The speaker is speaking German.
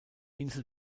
insel